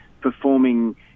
performing